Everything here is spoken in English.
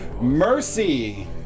Mercy